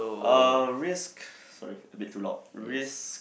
uh risk sorry a bit too loud risk